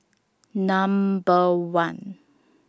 Number one